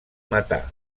matar